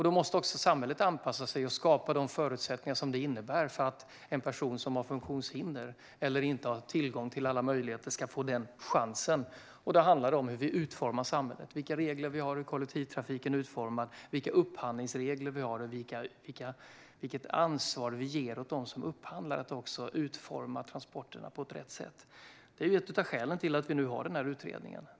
Då måste också samhället anpassa sig och skapa de förutsättningar som krävs för att en person som har funktionshinder eller inte har tillgång till alla möjligheter ska få den chansen, och det handlar om hur vi utformar samhället - vilka regler vi har för hur kollektivtrafiken är utformad, vilka upphandlingsregler vi har och vilket ansvar vi ger åt dem som upphandlar att också utforma transporterna på rätt sätt. Det är ett av skälen till att vi nu har den här utredningen.